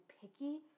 picky